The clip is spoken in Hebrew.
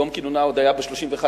זה היה יום כינונה של הממשלה.